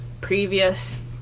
previous